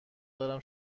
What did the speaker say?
دارم